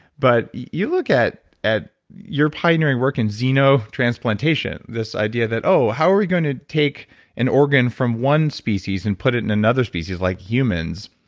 but you look at at your pioneering work in zeno transplantation this idea that how are we going to take and organ from one species and put it in another species like humans.